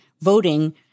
voting